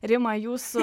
rima jūsų